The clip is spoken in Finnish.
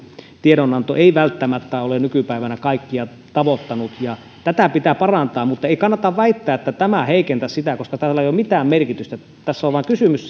tiedonanto ei välttämättä ole nykypäivänä kaikkia tavoittanut tätä pitää parantaa mutta ei kannata väittää että tämä heikentäisi sitä koska tällä ei ole mitään merkitystä tässä on vain kysymys